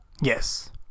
Yes